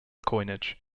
coinage